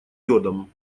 йодом